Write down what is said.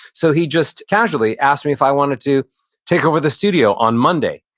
so he just casually asked me if i wanted to take over the studio on monday.